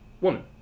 woman